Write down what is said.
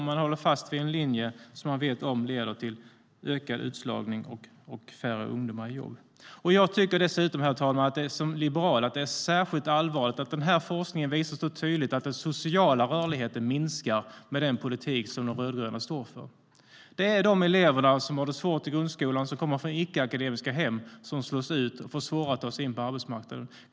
De håller fast vid en linje som de vet leder till ökad utslagning och färre ungdomar i jobb. Jag tycker dessutom, herr talman, som liberal att det är särskilt allvarligt att den här forskningen tydligt visar att den sociala rörligheten minskar med den politik som de rödgröna står för. Det är de elever som har det svårt i grundskolan och som kommer från icke-akademiska hem som slås ut och får svårare att ta sig in på arbetsmarknaden.